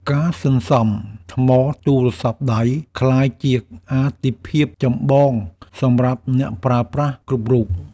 ការសន្សំថ្មទូរស័ព្ទដៃ ក្លាយជាអាទិភាពចម្បងសម្រាប់អ្នកប្រើប្រាស់គ្រប់រូប។